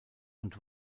und